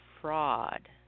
fraud